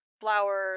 flowers